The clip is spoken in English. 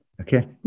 Okay